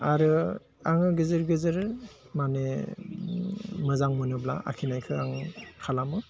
आरो आङो गेजेर गेजेर माने मोजां मोनोब्ला आखिनायखौ आं खालामो